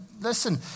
listen